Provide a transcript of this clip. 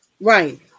Right